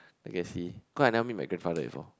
I can see cause I never meet my grandfather before